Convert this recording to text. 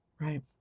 right